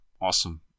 Awesome